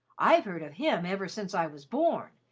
i've heard of him ever since i was born,